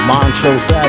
Montrose